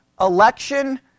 election